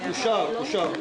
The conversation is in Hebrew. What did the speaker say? אושר.